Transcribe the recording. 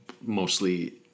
mostly